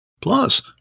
Plus